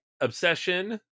Obsession